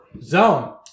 Zone